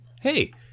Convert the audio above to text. Hey